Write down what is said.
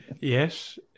yes